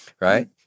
right